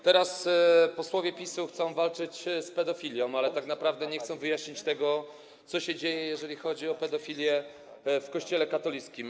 Teraz posłowie PiS-u chcą walczyć z pedofilią, ale tak naprawdę nie chcą wyjaśnić tego, co się dzieje, jeżeli chodzi o pedofilię w Kościele katolickim.